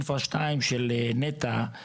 אינפרה 2 של נת"ע,